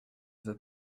veux